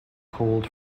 called